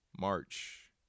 march